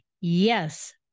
yes